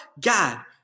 God